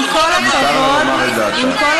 אני מציעה לכם, עם כל הכבוד,